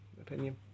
opinion